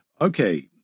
Okay